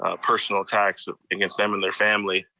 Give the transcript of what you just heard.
ah personal attacks against them and their family,